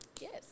Yes